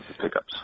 pickups